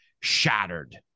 shattered